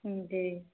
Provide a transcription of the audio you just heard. जी